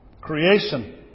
Creation